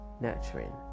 nurturing